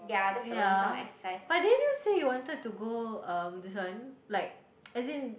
ya but didn't you say you wanted to go um this one like as in